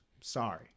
Sorry